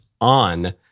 on